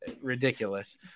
ridiculous